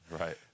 Right